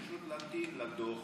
צריך פשוט להמתין לדוח